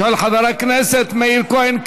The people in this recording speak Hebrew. של חבר הכנסת מאיר כהן,